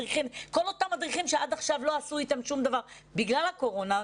כל אותם מדריכים שעד עכשיו לא עשו אתם שום דבר בגלל הקורונה,